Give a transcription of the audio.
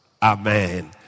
Amen